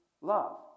love